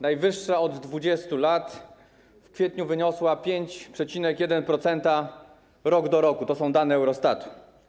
Najwyższa od 20 lat, w kwietniu wyniosła 5,1% rok do roku - to są dane Eurostatu.